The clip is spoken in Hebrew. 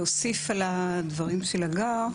להוסיף על הדברים של הגר,